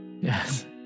Yes